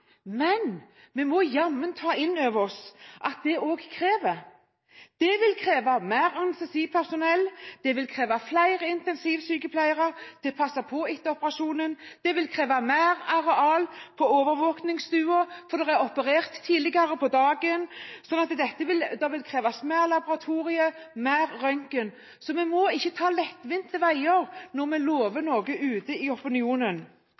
men vi må jammen ta inn over oss at det også vil kreve. Det vil kreve mer anestesipersonell, flere intensivsykepleiere til å passe på etter operasjonen, mer areal på overvåkningsstuer fordi det er operert tidligere på dagen, flere laboratorier og mer røntgen. Vi må ikke ta lettvinte veier når vi lover noe med tanke på opinionen.